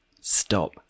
Stop